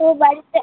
ও বাড়িতে